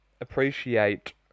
appreciate